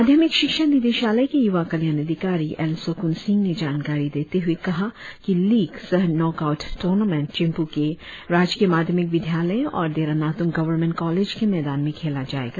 माध्यमिक शिक्षा निदेशालय के युवा कल्याण अधिकारी एल सोकुन सिंह ने जानकारी देते हुए कहा कि लीग सह नॉक आउट टूर्नामेंट चिम्पू के राजकीय माध्यमिक विद्यालय और देरा नातुंग गर्वमेंट कॉलेज के मैदान में खेला जाएगा